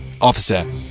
Officer